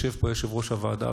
יושב-ראש הוועדה,